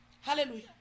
Hallelujah